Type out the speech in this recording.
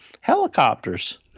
helicopters